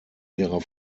ihrer